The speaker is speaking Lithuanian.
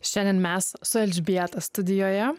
šiandien mes su elžbieta studijoje